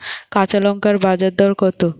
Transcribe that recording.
কাঁচা লঙ্কার বাজার দর কত?